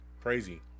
crazy